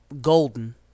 Golden